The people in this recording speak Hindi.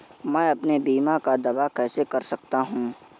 मैं अपने बीमा का दावा कैसे कर सकता हूँ?